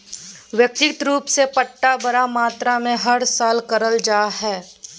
व्यक्तिगत रूप से पट्टा बड़ मात्रा मे हर साल करल जा हय